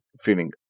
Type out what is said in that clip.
feeling